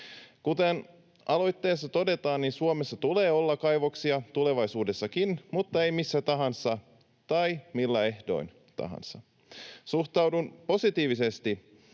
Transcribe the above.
Kuten aloitteessa todetaan, niin Suomessa tulee olla kaivoksia tulevaisuudessakin mutta ei missä tahansa tai millä ehdoin tahansa. Suhtaudun positiivisesti